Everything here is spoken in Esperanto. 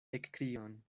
ekkrion